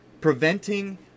preventing